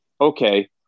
Okay